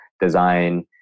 design